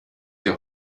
hier